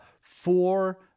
four